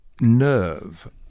Nerve